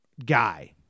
guy